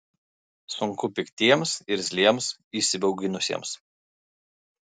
sunku piktiems irzliems įsibauginusiems